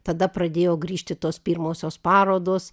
tada pradėjo grįžti tos pirmosios parodos